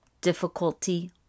difficulty